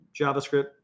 JavaScript